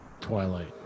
twilight